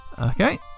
Okay